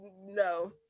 no